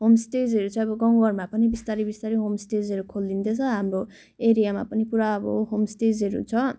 होमस्टेजहरू चाहिँ अब गाँउ घरमा पनि बिस्तारै बिस्तारै होमस्टेहरू खोलिन्दैछ हाम्रो एरिया पनि पुरा अब होमस्टेहरू छ